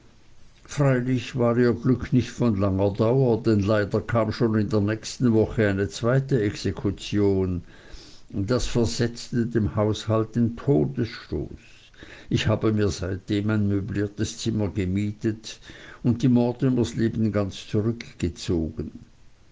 freilich war ihr glück nicht von langer dauer denn leider kam schon in der nächsten woche eine zweite exekution das versetzte dem haushalt den todesstoß ich habe mir seitdem ein möbliertes zimmer gemietet und die mortimers leben ganz zurückgezogen